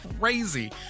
crazy